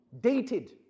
Dated